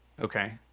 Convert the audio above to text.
Okay